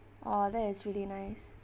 orh that is really nice